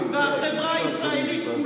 כל ההסכמים הקואליציוניים והושבעה הממשלה